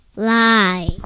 Lie